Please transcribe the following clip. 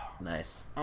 Nice